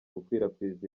gukwirakwiza